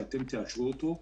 שאתם תאשרו אותו,